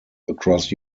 across